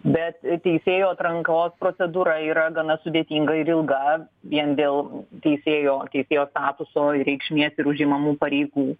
bet teisėjų atrankos procedūra yra gana sudėtinga ir ilga vien dėl teisėjo teisėjo statuso ir reikšmės ir užimamų pareigų